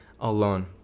alone